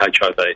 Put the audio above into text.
HIV